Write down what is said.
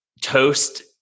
Toast